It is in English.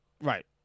Right